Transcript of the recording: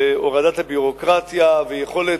והורדת הביורוקרטיה ויכולת,